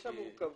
יש שם מורכבות,